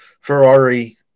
Ferrari